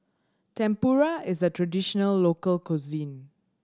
tempura is a traditional local cuisine